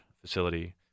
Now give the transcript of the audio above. facility